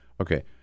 Okay